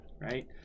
right